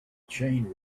chain